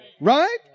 Right